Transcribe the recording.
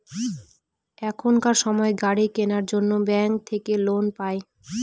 এখনকার সময় গাড়ি কেনার জন্য ব্যাঙ্ক থাকে লোন পাই